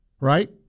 right